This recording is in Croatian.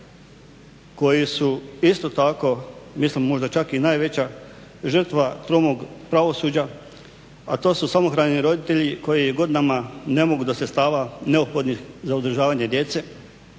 koji su isto tako, mislim možda čak i najveća žrtva tromog pravosuđa, a to su samohrani roditelji koji godinama ne mogu do sredstava neophodnih za uzdržavanje djece